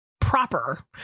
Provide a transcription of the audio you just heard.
proper